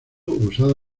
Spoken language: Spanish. usado